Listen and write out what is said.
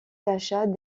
l’achat